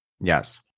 Yes